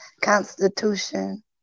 constitution